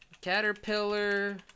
Caterpillar